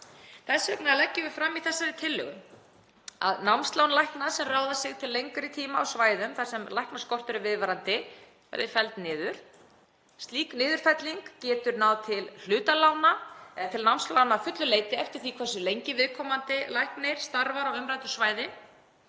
Þess vegna leggjum við fram í þessari tillögu að námslán lækna, sem ráða sig til lengri tíma á svæðum þar sem læknaskortur er viðvarandi, verði felld niður. Slík niðurfelling getur náð til hlutalána eða til námslána að fullu leyti eftir því hversu lengi viðkomandi læknir starfar á umræddu svæði.